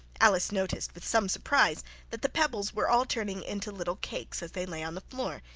alice noticed with some surprise that the pebbles were all turning into little cakes as they lay on the floor,